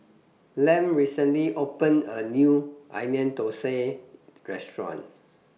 Lem recently opened A New Onion Thosai Restaurant